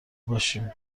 باشیم